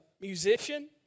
musician